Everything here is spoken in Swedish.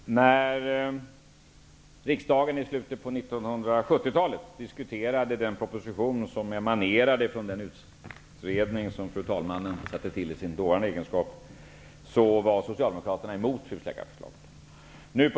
Fru talman! När riksdagen i slutet på 1970-talet diskuterade den proposition som emanerade från den utredning som fru talmannen satte till i sin dåvarande egenskap, var Socialdemokraterna emot husläkarförslaget.